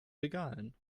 regalen